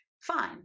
fine